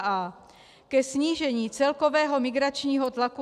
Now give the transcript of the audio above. a) ke snížení celkového migračního tlaku na EU,